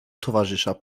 towarzysza